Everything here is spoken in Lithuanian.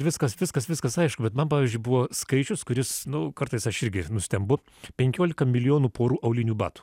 viskas viskas viskas aišku bet man pavyzdžiui buvo skaičius kuris nu kartais aš irgi nustembu penkiolika milijonų porų aulinių batų